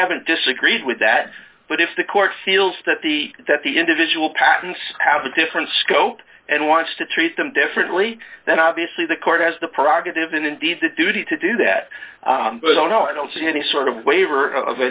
we haven't disagreed with that but if the court feels that the that the individual patents have a different scope and wants to treat them differently then obviously the court has the prerogative and indeed the duty to do that but i don't know i don't see any sort of waiver of a